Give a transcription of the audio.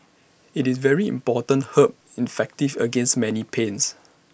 IT is very important herb effective against many pains